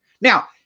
Now